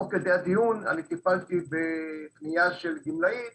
תוך כדי הדיון טיפלתי בפניה של גמלאית